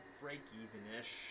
break-even-ish